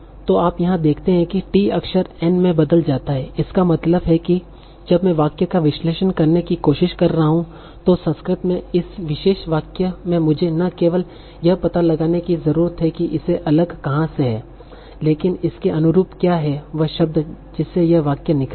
तो आप यहाँ देखते हैं कि t अक्षर n में बदल जाता है इसका मतलब है कि जब मैं वाक्य का विश्लेषण करने की कोशिश कर रहा हूँ तो संस्कृत में इस विशेष वाक्य में मुझे न केवल यह पता लगाने की ज़रूरत है कि इसे अलग कहा से है लेकिन इसके अनुरूप क्या है वह शब्द जिससे यह वाक्य निकला है